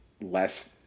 less